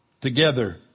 together